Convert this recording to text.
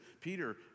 Peter